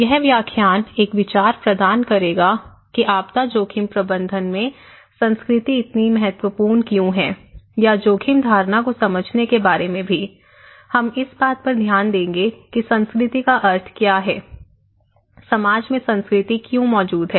यह व्याख्यान एक विचार प्रदान करेगा कि आपदा जोखिम प्रबंधन में संस्कृति इतनी महत्वपूर्ण क्यों है या जोखिम धारणा को समझने के बारे में भी हम इस बात पर ध्यान देंगे कि संस्कृति का अर्थ क्या है समाज में संस्कृति क्यों मौजूद है